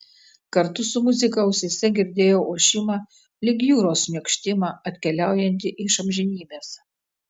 kartu su muzika ausyse girdėjau ošimą lyg jūros šniokštimą atkeliaujantį iš amžinybės